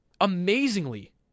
amazingly